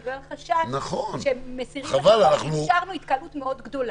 בגלל חשש שמסירים מסכות כי אפשרנו התקהלות מאוד גדולה.